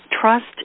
trust